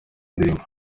indirimbo